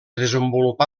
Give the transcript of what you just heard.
desenvolupà